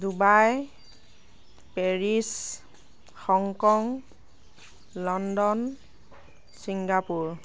Dubai Paris Hong Kong London Singapore